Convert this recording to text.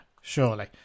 surely